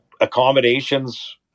accommodations